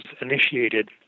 initiated